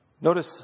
Notice